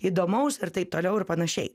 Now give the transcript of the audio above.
įdomaus ir taip toliau ir panašiai